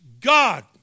God